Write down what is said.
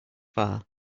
far